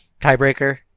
tiebreaker